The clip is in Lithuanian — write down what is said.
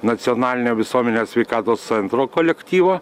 nacionalinio visuomenės sveikatos centro kolektyvo